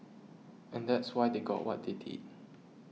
and that's why they got what they did